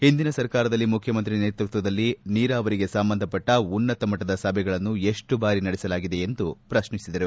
ಹಿಂದಿನ ಸರ್ಕಾರದಲ್ಲಿ ಮುಖ್ಡಮಂತ್ರಿ ನೇತೃತ್ವದಲ್ಲಿ ನೀರಾವರಿಗೆ ಸಂಬಂಧಪಟ್ಟ ಉನ್ನತ ಮಟ್ಟದ ಸಭೆಗಳನ್ನು ಎಷ್ಟು ಬಾರಿ ನಡೆಸಲಾಗಿದೆ ಎಂದು ಪ್ರಶ್ನಿಸಿದರು